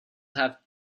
have